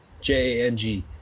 J-A-N-G